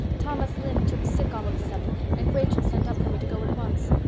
thomas lynde took sick all of a sudden and rachel sent up for me to go at once.